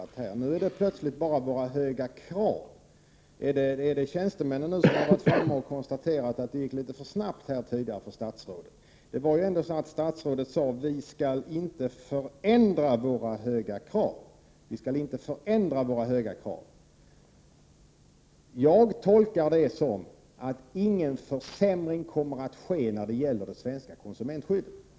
Herr talman! Nu börjar det bli mer komplicerat här. Nu skall det plötsligt bara vara höga krav. Är det tjänstemännen som nu har varit framme och konstaterat att statsrådet här tidigare gick litet för snabbt fram? Det var ju ändå så att statsrådet sade: Vi skall inte förändra våra höga krav. Jag tolkar detta som att ingen försämring kommer att ske när det gäller det svenska konsumentskyddet.